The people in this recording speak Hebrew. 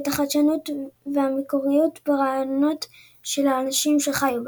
ואת החדשנות והמקוריות ברעיונות של האנשים שחיו בה.